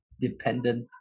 dependent